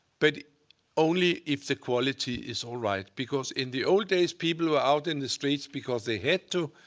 but only if the quality is all right. because in the old days, people were out in the streets because they had to.